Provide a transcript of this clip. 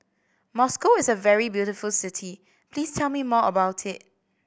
Moscow is a very beautiful city please tell me more about it